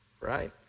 right